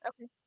okay